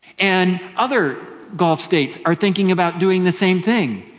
and other gulf states are thinking about doing the same thing.